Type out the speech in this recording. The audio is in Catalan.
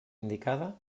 indicada